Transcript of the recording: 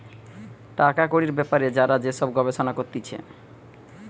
টাকা কড়ির বেপারে যারা যে সব গবেষণা করতিছে